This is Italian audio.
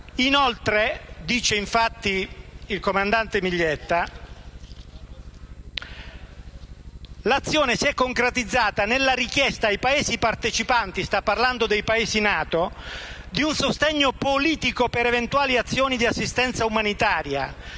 politico. Dice infatti il comandante Miglietta: «L'azione (...) si è concretizzata nella richiesta ai Paesi partecipanti» - sta parlando dei Paesi NATO - «di un sostegno politico per eventuali azioni di assistenza umanitaria,